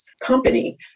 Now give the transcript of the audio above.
company